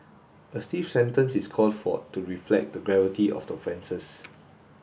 a stiff sentence is called for to reflect the gravity of the offences